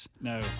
No